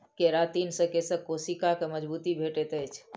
keratin से केशक कोशिका के मजबूती भेटैत अछि